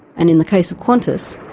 and in the case of qantas,